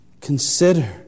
consider